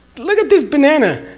look at this banana,